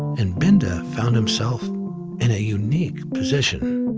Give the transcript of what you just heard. and binda found himself in a unique position.